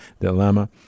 dilemma